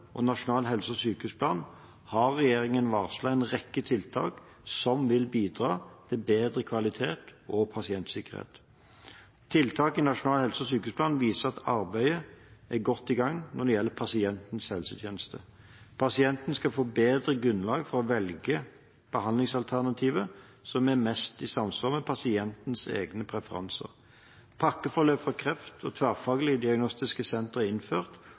og i Nasjonal helse- og sykehusplan har regjeringen varslet en rekke tiltak som vil bidra til bedre kvalitet og pasientsikkerhet. Tiltak i Nasjonal helse- og sykehusplan viser at arbeidet er godt i gang når det gjelder pasientens helsetjeneste. Pasienten skal få bedre grunnlag for å velge behandlingsalternativet som er mest i samsvar med pasientens egne preferanser. Pakkeforløp for kreft og tverrfaglige diagnostiske sentre er innført,